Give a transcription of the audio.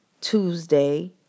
Tuesday